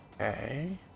Okay